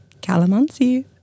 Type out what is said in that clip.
calamansi